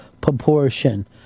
proportion